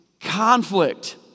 conflict